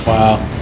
Wow